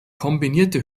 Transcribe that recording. kombinierte